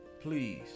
please